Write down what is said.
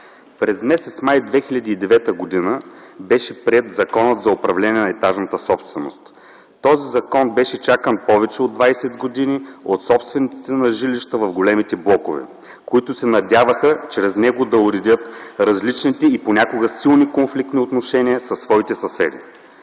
През м. май 2009 г. беше приет Законът за управление на етажната собственост. Този закон беше чакан повече от 20 години от собствениците на жилища в големите блокове, които се надяваха чрез него да уредят различните и понякога силни конфликтни отношения със своите съседи.